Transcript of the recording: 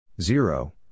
Zero